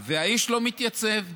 והאיש לא מתייצב.